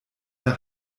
der